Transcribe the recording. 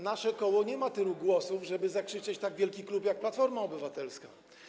Nasze koło nie ma tylu głosów, żeby zakrzyczeć tak wielki klub jak Platforma Obywatelska.